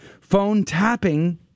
Phone-tapping